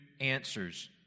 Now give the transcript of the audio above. answers